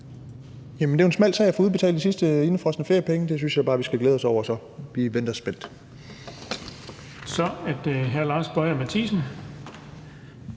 Det er jo en smal sag at få udbetalt de sidste indefrosne feriepenge. Det synes jeg bare vi så skal glæde os over. Vi venter spændt. Kl. 13:17 Den fg.